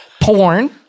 Porn